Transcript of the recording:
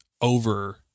over